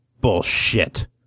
Bullshit